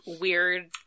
weird